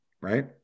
Right